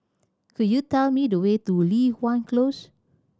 could you tell me the way to Li Hwan Close